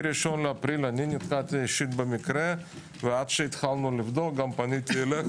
מ-1 באפריל אני נתקלתי אישית במקרה ועד שהתחלנו לבדוק גם פניתי אליך,